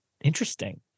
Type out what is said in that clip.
interesting